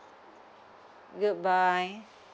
goodbye